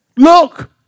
Look